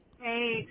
Hey